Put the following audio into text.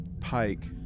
Pike